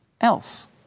else